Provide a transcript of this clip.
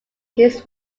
his